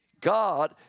god